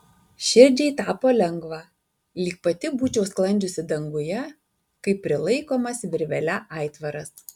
širdžiai tapo lengva lyg pati būčiau sklandžiusi danguje kaip prilaikomas virvele aitvaras